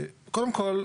קודם כל,